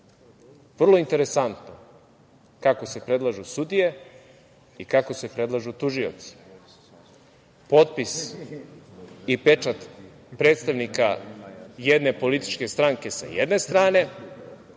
Vrlo interesantno kako se predlažu sudije i kako se predlažu tužioci. Potpis i pečat predstavnika jedne političke stranke sa jedne strane,